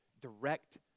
direct